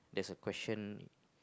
there is a question